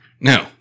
No